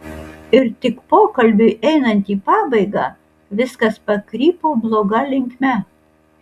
ir tik pokalbiui einant į pabaigą viskas pakrypo bloga linkme